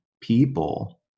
people